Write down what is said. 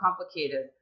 complicated